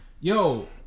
Yo